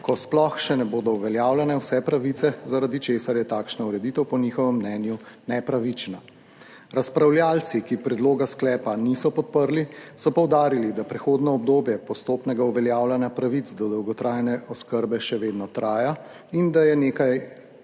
ko sploh še ne bodo uveljavljene vse pravice, zaradi česar je takšna ureditev po njihovem mnenju nepravična. Razpravljavci, ki predloga sklepa niso podprli, so poudarili, da prehodno obdobje postopnega uveljavljanja pravic do dolgotrajne oskrbe še vedno traja, in da je nekaj